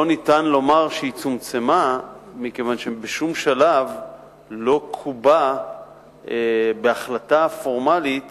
לא ניתן לומר שהיא צומצמה מכיוון שבשום שלב לא קובע בהחלטה פורמלית